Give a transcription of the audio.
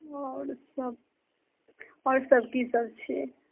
आओर सब आओर सब कि सब छै